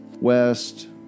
west